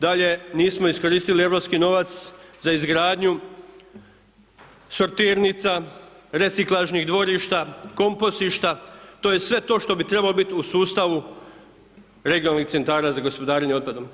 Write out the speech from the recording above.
Dalje, nismo iskoristili europski novac za izgradnju sortirnica, reciklažnih dvorišta, kompostišta, to je sve to što bi trebalo biti u sustavu regionalnih centara za gospodarenje otpadom.